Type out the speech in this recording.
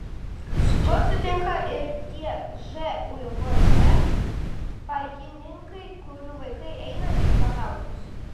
su tuo sutinka ir tie žūb pajininkai kurių vaikai eina į jotautus